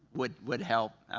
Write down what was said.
would would help.